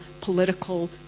political